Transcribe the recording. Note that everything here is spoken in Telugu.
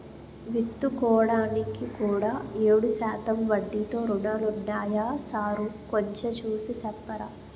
విత్తుకోడానికి కూడా ఏడు శాతం వడ్డీతో రుణాలున్నాయా సారూ కొంచె చూసి సెప్పరా